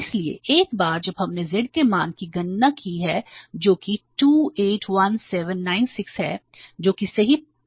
इसलिए एक बार जब हमने z के मान की गणना की है जो कि 281796 है जो कि सही प्रतीत होता है